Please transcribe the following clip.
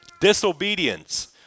disobedience